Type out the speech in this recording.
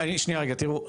תראו,